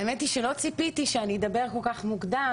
האמת היא שלא ציפיתי שאני אדבר כל כך מוקדם